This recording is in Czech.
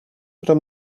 pro